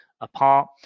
apart